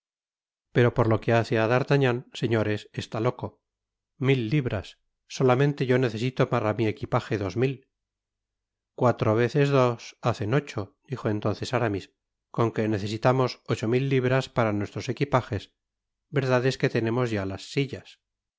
pero por lo que hace á d'artagnan señores está loco mil libras solamente yo necesito para mi equipaje dos mil cuatro veces dos hacen ocho dijo entonces aramis con que necesitamos ocho mil libras para nuestros equipajes verdad es que tenemos ya las sillas